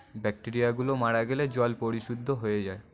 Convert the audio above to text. ব্যাকটেরিয়াগুলো মারা গেলে জল পরিশুদ্ধ হয়ে যায়